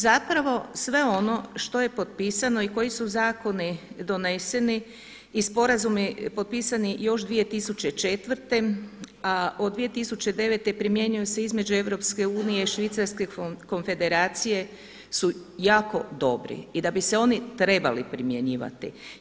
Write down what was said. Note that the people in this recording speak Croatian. Zapravo sve ono što je potpisano i koji su zakoni doneseni i sporazumi potpisani još 2004. a od 2009. primjenjuju se između EU i Švicarske Konfederacije su jako dobri i da bi se oni trebali primjenjivati.